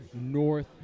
North